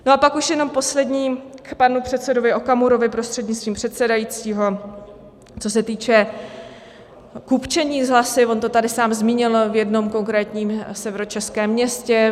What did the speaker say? A pak už jenom poslední k panu předsedovi Okamurovi prostřednictvím pana předsedajícího, co se týče kupčení s hlasy, on to tady sám zmínil, v jednom konkrétním severočeském městě.